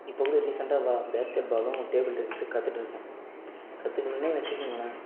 இப்போ கூட ரீசென்டாக வ பேஸ்கட் பாலும் டேபுள் டென்னிஸ்ஸும் கற்றுட்டுருக்கேன் கற்றுக்கின்னனே வச்சுக்கோங்களேன்